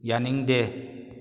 ꯌꯥꯅꯤꯡꯗꯦ